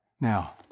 Now